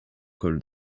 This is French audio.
col